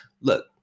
look